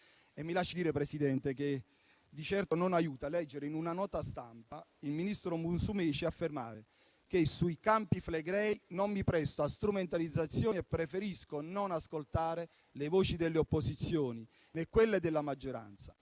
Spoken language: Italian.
Mi lasci dire, signor Presidente, che di certo non aiuta leggere in una nota stampa il ministro Musumeci affermare che sui Campi Flegrei non si presta a strumentalizzazioni e preferisce non ascoltare le voci delle opposizioni, né quelle della maggioranza,